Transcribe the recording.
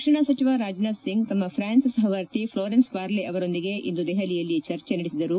ರಕ್ಷಣಾ ಸಚಿವ ರಾಜನಾಥ್ ಸಿಂಗ್ ತಮ್ಮ ಫ್ರಾನ್ಸ್ ಸಪವರ್ತಿ ಫ್ಲೋರೆನ್ಸ್ ಪಾರ್ಲೆ ಅವರೊಂದಿಗೆ ಇಂದು ದೆಪಲಿಯಲ್ಲಿ ಚರ್ಚೆ ನಡೆಸಿದರು